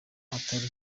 atari